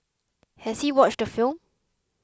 has he watched the film